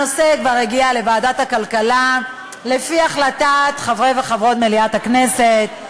הנושא כבר הגיע לוועדת הכלכלה לפי החלטת חברי וחברות מליאת הכנסת,